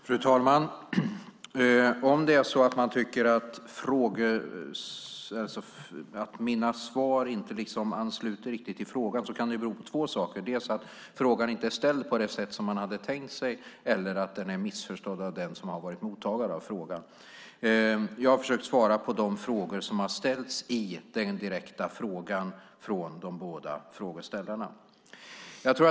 Fru talman! Om det är så att man tycker att mina svar inte riktigt ansluter till frågan kan det bero på två saker. Det kan vara att frågan inte är ställd på det sätt som man hade tänkt sig eller att den är missförstådd av den som har varit mottagare av frågan. Jag har försökt att svara på de frågor som har ställts i de direkta frågorna från de båda frågeställarna.